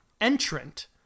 entrant